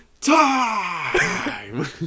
time